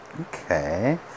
Okay